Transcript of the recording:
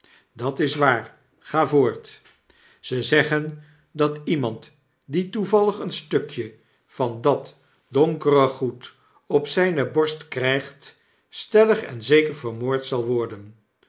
dat is waar ga voort ze zeggen dat iemand die toevallig een stukje van dat donkere goed op zpe borst krygt stellig en zeker vermoord zal worden